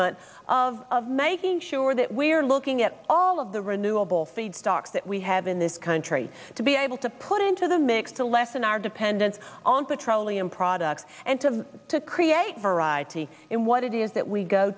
months of making sure that we're looking at all of the renewable feedstocks that we have in this country to be able to put into the mix to lessen our dependence on petroleum products and to to create variety in what it is that we go